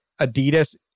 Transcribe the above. Adidas